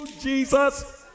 Jesus